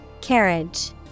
Carriage